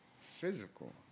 physical